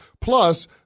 Plus